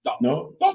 No